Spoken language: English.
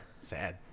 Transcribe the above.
Sad